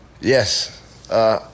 Yes